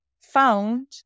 found